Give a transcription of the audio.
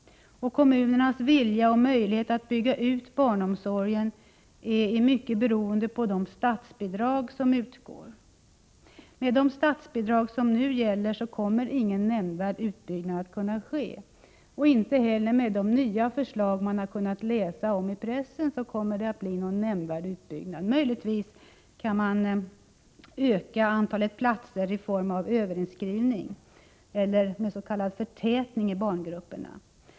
Kommunernas vilja och möjlighet att bygga ut barnomsorgen är i mycket beroende på de statsbidrag som utgår. Med de statsbidrag som nu gäller kommer ingen nämnvärd utbyggnad att kunna ske. Någon sådan blir det inte heller med de nya förslag som man har kunnat läsa om i pressen. Möjligen kan antalet platser ökas i form av överinskrivning eller s.k. förtätning i barngrupperna.